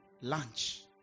lunch